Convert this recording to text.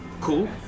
Cool